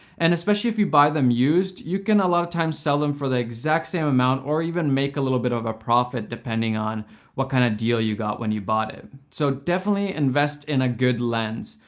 and especially if you buy them used, you can a lot of times sell them for the exact same amount, or even make a little bit of a profit, depending on what kind of deal you got when you bought it. so definitely invest in a good lens.